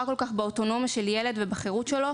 כל כך באוטונומיה של ילד ובחירות שלו,